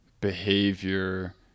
behavior